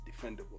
defendable